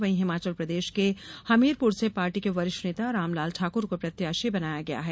वहीं हिमाचल प्रदेश के हमीरपुर से पार्टी के वरिष्ठ नेता रामलाल ठाकुर को प्रत्याशी बनाया गया है